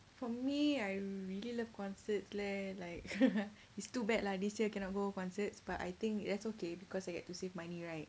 for me I really love concerts leh like it's too bad lah this year cannot go concerts but I think that's okay because I get to save money right